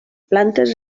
plantes